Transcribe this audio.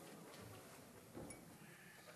חמש